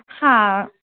હા